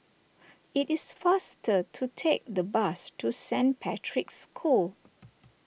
it is faster to take the bus to Saint Patrick's School